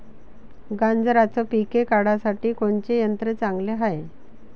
गांजराचं पिके काढासाठी कोनचे यंत्र चांगले हाय?